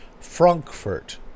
Frankfurt